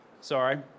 Sorry